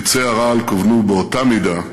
חצי הרעל כוונו באותה מידה,